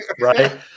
right